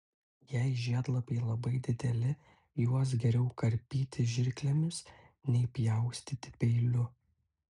jei žiedlapiai labai dideli juos geriau karpyti žirklėmis nei pjaustyti peiliu